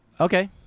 Okay